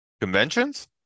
Conventions